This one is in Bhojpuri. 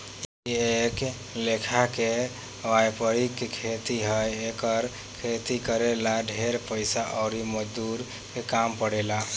इ एक लेखा के वायपरिक खेती ह एकर खेती करे ला ढेरे पइसा अउर मजदूर के काम पड़ेला